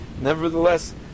nevertheless